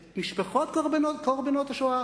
את משפחות קורבנות השואה